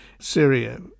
Syria